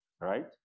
Right